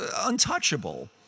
untouchable